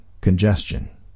congestion